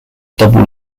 double